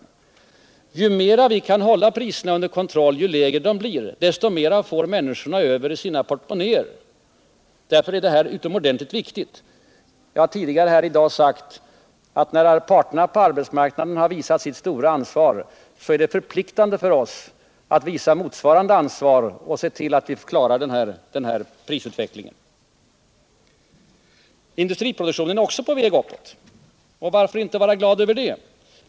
Ju mera vi kan hålla priserna under kontroll, ju lägre de blir, desto mer får människorna över i sina portmonnäer. Jag har tidigare här i dag sagt att när parterna på arbetsmarknaden har visat sitt stora ansvar, så är det förpliktande för oss att visa motsvarande ansvar och se till att vi klarar prisutvecklingen. Industriproduktionen är också på väg uppåt. Varför inte vara glad över det?